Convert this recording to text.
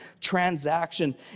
transaction